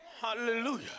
Hallelujah